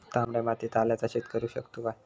तामड्या मातयेत आल्याचा शेत करु शकतू काय?